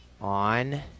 on